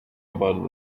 about